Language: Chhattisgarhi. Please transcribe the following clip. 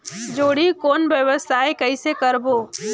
जोणी कौन व्यवसाय कइसे करबो?